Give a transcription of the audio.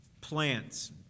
plants